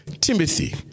Timothy